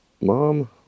mom